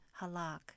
halak